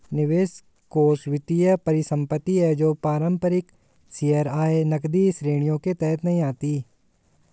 निवेश कोष वित्तीय परिसंपत्ति है जो पारंपरिक शेयर, आय, नकदी श्रेणियों के तहत नहीं आती